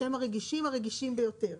שהם הרגישים ביותר,